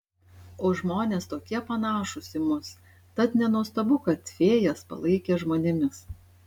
o žmonės tokie panašūs į mus tad nenuostabu kad fėjas palaikė žmonėmis